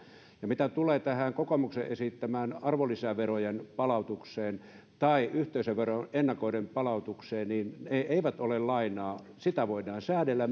mitä tulee tähän kokoomuksen esittämään arvonlisäverojen palautukseen tai yhteisöveron ennakoiden palautukseen niin ne eivät ole lainaa sitä voidaan säädellä